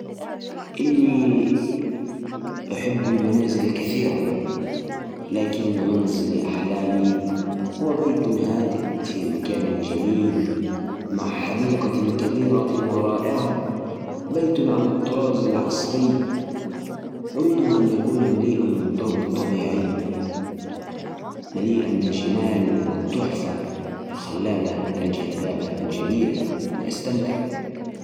منزل أحلامي أكيد بيكون بيت واسع ومريح وأفضل إن يكون في حديقة جميلة مليانة أشجار ونباتات ويكون عندي بركة صغيرة داخل البيت أحب إن تكون الغرف مفتوحة ومرتبة مع نوافذ كبيرة تدخل الضوء الطبيعي غرفة المعيش تكون مريحة ومزودة بأثاث مريح ومطبخ واسع مع أدوات حديثة